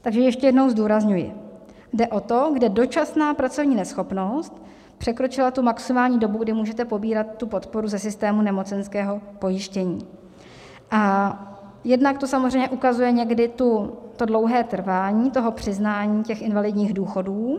Takže ještě jednou zdůrazňuji, jde o to, kde dočasná pracovní neschopnost překročila tu maximální dobu, kdy můžete pobírat podporu ze systému nemocenského pojištění, a jednak to samozřejmě ukazuje někdy to dlouhé trvání přiznání invalidních důchodů.